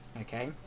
Okay